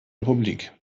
republik